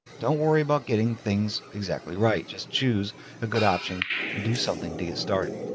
don't worry about getting things exactly right. just choose a good option and do something to get started.